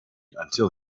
until